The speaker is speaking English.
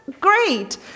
great